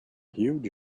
huge